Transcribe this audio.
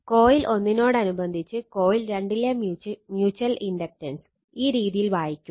coil 1 നോടനുബന്ധിച്ച് coil 2 ലെ mutual inductance ഈ രീതിയിൽ വായിക്കും